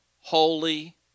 holy